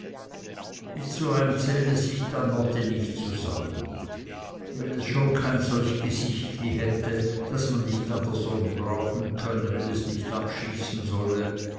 so eim zähl es sich dann notti nicht zusammen wenn es schon kein solch gesichtli hätte das man nicht an der sonne brauchen könne wenn es nicht abschießen solle